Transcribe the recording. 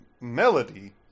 melody